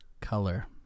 color